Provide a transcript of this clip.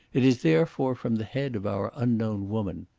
it is therefore from the head of our unknown woman.